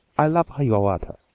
i love hiawatha.